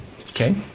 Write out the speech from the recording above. Okay